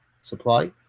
supply